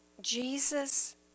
Jesus